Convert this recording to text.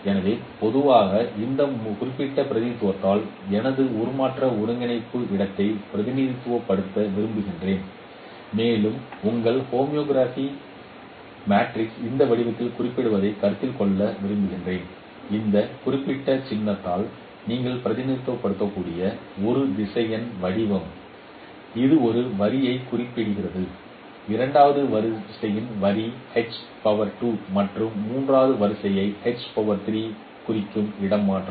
எனவே பொதுவாக இந்த குறிப்பிட்ட பிரதிநிதித்துவத்தால் எனது உருமாற்ற ஒருங்கிணைப்பு இடத்தை பிரதிநிதித்துவப்படுத்த விரும்புகிறேன் மேலும் உங்கள் ஹோமோகிராபி மேட்ரிக்ஸ் இந்த வடிவத்தில் குறிப்பிடப்படுவதைக் கருத்தில் கொள்ள விரும்புகிறேன் இந்த குறிப்பிட்ட சின்னத்தால் நீங்கள் பிரதிநிதித்துவப்படுத்தக்கூடிய ஒரு திசையன் வடிவம் H இது ஒரு வரிசையை குறிக்கிறது இரண்டாவது வரிசையின் வரிசை மற்றும் மூன்றாம் வரிசையைக் குறிக்கும் இடமாற்றம்